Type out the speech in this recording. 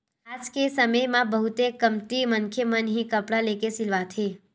आज के समे म बहुते कमती मनखे मन ही कपड़ा लेके सिलवाथे